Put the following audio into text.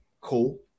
cool